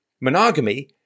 monogamy